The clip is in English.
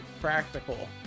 practical